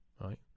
right